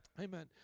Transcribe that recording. Amen